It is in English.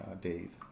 Dave